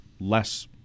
less